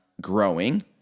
growing